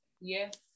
Yes